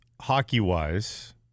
hockey-wise